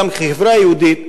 החברה היהודית,